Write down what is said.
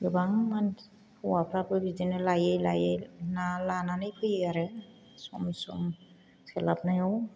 गोबां मान हौवाफ्राबो बेबायदिनो लायै लायै ना लानानै फैयो आरो सम सम सोलाबनायाव